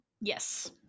yes